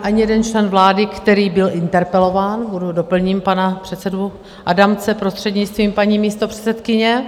Ani jeden člen vlády, který byl interpelován doplním pana předsedu Adamce , prostřednictvím paní místopředsedkyně.